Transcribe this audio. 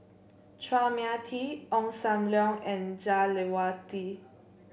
Chua Mia Tee Ong Sam Leong and Jah Lelawati